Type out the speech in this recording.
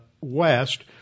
west